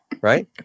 right